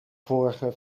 vorige